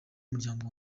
umuryango